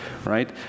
Right